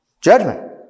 judgment